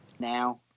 Now